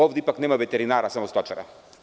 Ovde ipak nema veterinara, samo stočara.